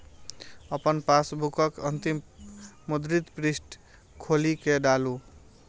अपन पासबुकक अंतिम मुद्रित पृष्ठ खोलि कें डालू